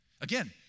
Again